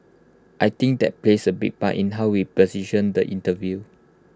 I think that plays A big part in how we position the interview